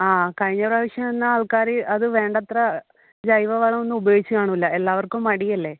ആ കഴിഞ്ഞ പ്രാവശ്യം എന്നാൽ ആൾക്കാര് അത് വേണ്ടത്ര ജൈവ വളവൊന്നും ഉപയോഗിച്ച് കാണൂല എല്ലാവർക്കും മടിയല്ലേ